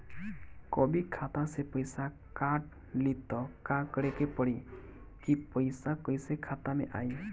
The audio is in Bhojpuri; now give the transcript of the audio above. कभी खाता से पैसा काट लि त का करे के पड़ी कि पैसा कईसे खाता मे आई?